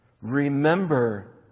remember